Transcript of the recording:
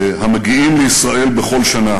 המגיעים לישראל בכל שנה.